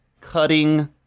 cutting